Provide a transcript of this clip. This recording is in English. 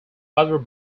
other